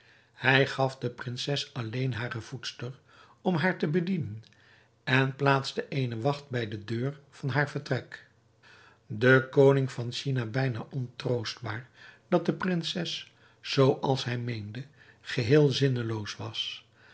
hij gaf de prinses alleen hare voedster om haar te bedienen en plaatste eene wacht bij de deur van haar vertrek de koning van china bijna ontroostbaar dat de prinses zooals hij meende geheel zinneloos was